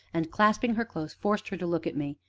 and, clasping her close, forced her to look at me.